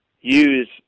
use